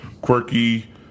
quirky